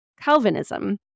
Calvinism